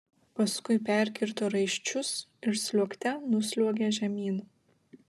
paskui perkirto raiščius ir sliuogte nusliuogė žemyn